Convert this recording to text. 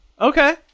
Okay